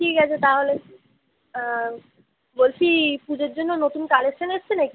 ঠিক আছে তাহলে বলছি পুজোর জন্য নতুন কালেকশান এসছে নাকি